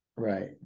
Right